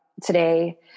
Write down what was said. today